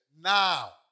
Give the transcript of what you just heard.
Now